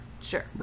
sure